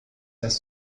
das